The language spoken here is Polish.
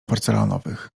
porcelanowych